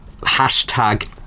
hashtag